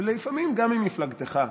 ולפעמים גם ממפלגתך,